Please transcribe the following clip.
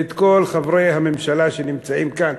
ואת כל חברי הממשלה שנמצאים כאן,